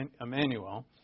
Emmanuel